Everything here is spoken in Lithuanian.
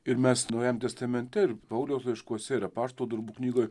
ir mes naujam testamente ir pauliaus laiškuose ir apaštalų darbų knygoj